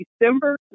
December